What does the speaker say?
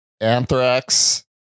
anthrax